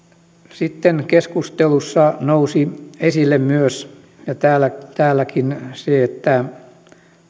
sitten keskustelussa nousi esille myös ja täälläkin se että